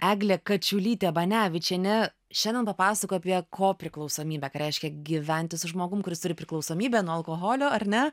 eglė kačiulytė banevičienė šiandien papasakojo apie ko priklausomybę ką reiškia gyventi su žmogum kuris turi priklausomybę nuo alkoholio ar ne